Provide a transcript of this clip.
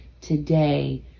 today